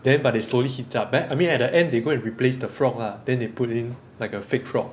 then but they slowly heat it up but then I mean at the end they go and replace the frog lah then they put in like a fake frog